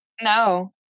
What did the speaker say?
No